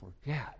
forget